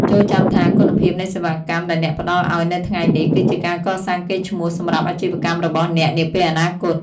ចូរចាំថា គុណភាពនៃសេវាកម្មដែលអ្នកផ្តល់ឱ្យនៅថ្ងៃនេះ គឺជាការកសាងកេរ្តិ៍ឈ្មោះសម្រាប់អាជីវកម្មរបស់អ្នកនាពេលអនាគត។